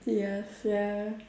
ya sia